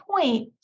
point